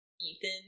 Ethan